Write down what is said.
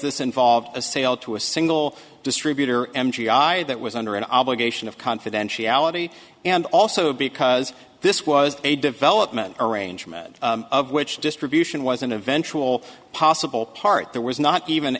this involved a sale to a single distributor m g i that was under an obligation of confidentiality and also because this was a development arrangement of which distribution wasn't eventual possible part there was not even